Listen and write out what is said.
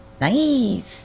Nice